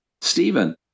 Stephen